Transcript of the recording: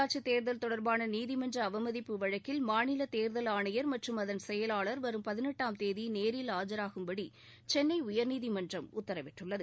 உள்ளாட்சித் தேர்தல் தொடர்பான நீதிமன்ற அவமதிப்பு வழக்கில் மாநிலத் தேர்தல் ஆணையர் மற்றும் அதன் செயலாளர் வரும் பதினெட்டாம் தேதி நேரில் ஆஜாகும்படி சென்னை உயர்நீதிமன்றம் உத்தரவிட்டுள்ளது